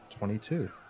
Twenty-two